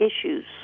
issues